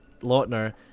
Lautner